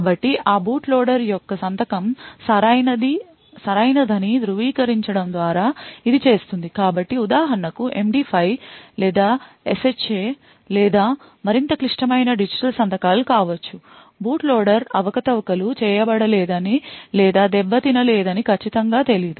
కాబట్టి ఆ boot loader యొక్క సంతకం సరైనదని ధృవీకరించడం ద్వారా ఇది చేస్తుంది కాబట్టి ఉదాహరణకు MD5 లేదా SHA లేదా మరింత క్లిష్టమైన డిజిటల్ సంతకాలు కావచ్చు బూట్ లోడర్ అవకతవకలు చేయబడలేదని లేదా దెబ్బతినలేదని ఖచ్చితంగా తెలియదు